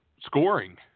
scoring